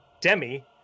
Demi